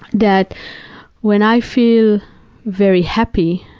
that when i feel very happy